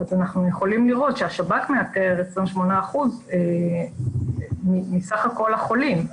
אז אנחנו יכולים לראות שהשב"כ מאתר 28% מסך כל החולים.